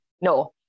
No